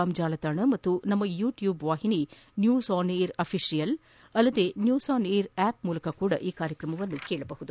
com ಜಾಲತಾಣ ಮತ್ತು ನಮ್ನ ಯುಟ್ಲೂಬ್ ವಾಹಿನಿ ನ್ಲೂಸ್ ಆನ್ ಏರ್ ಆಫೀಷಿಯಲ್ ಮತ್ತು ನ್ಲೂಸ್ ಆನ್ ಏರ್ ಆಸ್ ಮೂಲಕವೂ ಕಾರ್ಯಕ್ರಮವನ್ನು ಕೇಳಬಹುದಾಗಿದೆ